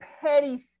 petty